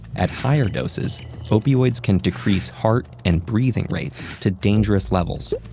at higher doses opioids can decrease heart and breathing rates to dangerous levels,